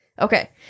Okay